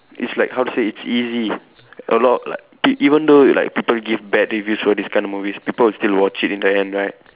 it's like how to say it's easy a lot like p even though like people give bad reviews for this kind of movies people will still watch it in the end right